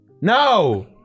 no